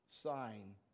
sign